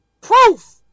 proof